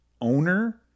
owner